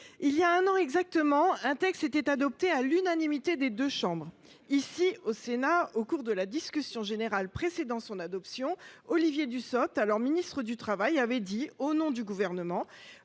Voilà un an exactement, un texte était adopté à l’unanimité des deux chambres. Ici, au Sénat, au cours de la discussion générale précédant son adoption, Olivier Dussopt, alors ministre du travail, avait dit, au nom du Gouvernement